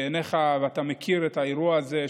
בעיניך שהוא לא זכה לתשומת לב ואתה מכיר את האירוע הזה,